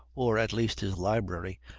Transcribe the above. or at least his library,